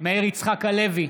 מאיר יצחק הלוי,